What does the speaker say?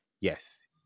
yes